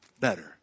better